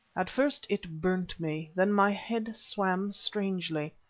at first it burnt me, then my head swam strangely.